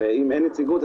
ואם אין נציגות,